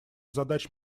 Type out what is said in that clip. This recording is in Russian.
задач